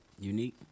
Unique